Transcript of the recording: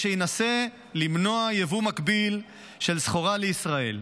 שינסה למנוע יבוא מקביל של סחורה לישראל.